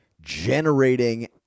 generating